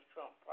Trump